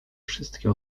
wszystkie